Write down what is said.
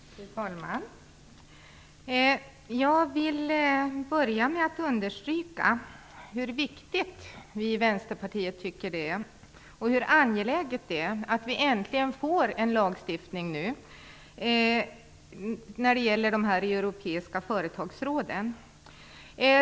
Fru talman! Jag vill börja med att understryka hur viktigt och angeläget vi i Vänsterpartiet tycker att det är att äntligen få en lagstiftning om de europeiska företagsråden.